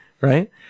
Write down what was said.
Right